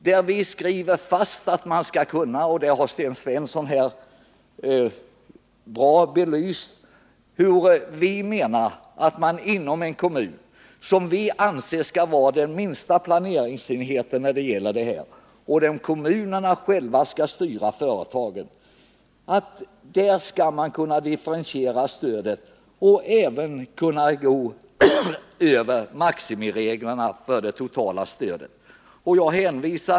Här skriver vi fast — vilket Sten Svensson på ett bra sätt belyst — hur vi menar att man inom en kommun, som enligt vår mening skall vara den minsta planeringsenheten, själv skall styra företagen. Man skall där kunna differentiera stödet och även kunna överskrida maximireglerna för det totala stödet.